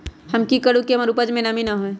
हम की करू की हमर उपज में नमी न होए?